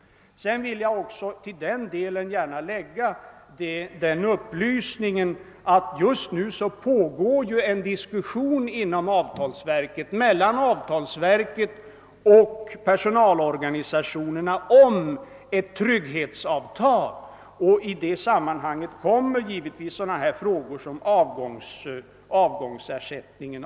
Härtill vill jag gärna foga upplysningen att en diskussion just nu pågår inom avtalsverket med personalorganisationerna om ett trygghetsavtal. I detta sammanhang kommer givetvis sådana frågor som avgångsbidragen in i bilden.